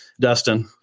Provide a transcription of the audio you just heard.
Dustin